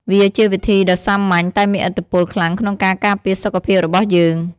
វាជាវិធីដ៏សាមញ្ញតែមានឥទ្ធិពលខ្លាំងក្នុងការការពារសុខភាពរបស់យើង។